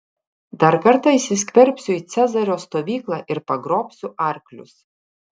dar kartą įsiskverbsiu į cezario stovyklą ir pagrobsiu arklius